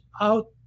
out